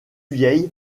vieille